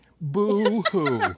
Boo-hoo